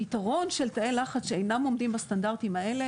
הפיתרון של תאי לחץ שאינם עומדים בסטנדרטים האלה,